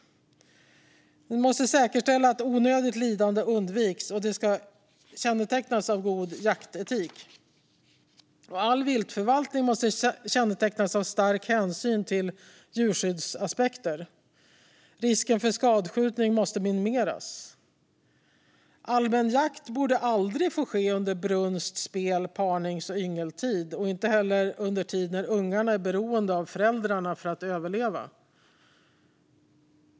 Man måste säkerställa att onödigt lidande undviks, och jakten ska kännetecknas av god jaktetik. All viltförvaltning måste kännetecknas av stark hänsyn till djurskyddsaspekter. Risken för skadskjutning måste minimeras. Allmän jakt borde aldrig få ske under brunst, spel, parnings och yngeltid, inte heller under tid när ungarna är beroende av föräldrarna för att överleva.